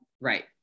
right